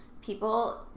people